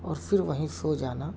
اور پھر وہیں سو جانا